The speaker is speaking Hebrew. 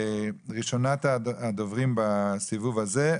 ראשונת הדוברים בסיבוב הזה,